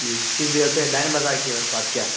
جی کس جگہ پہ لائن بازار کے پاس کیا